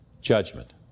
judgment